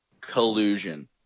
collusion